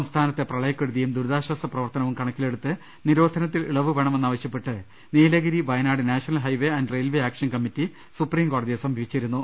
സംസ്ഥാനത്തെ പ്രളയക്കെടുതിയും ദുരിതാശ്ചാസ പ്രവർത്തനവും കണ ക്കിലെടുത്ത് നിരോധനത്തിൽ ഇളവ് വേണമെന്നാവശ്യപ്പെട്ട് Nilgiri Wayanad national highway and railway action committee സുപ്രീംകോ ടതിയെ സമീപിച്ചിരുന്നു